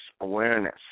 awareness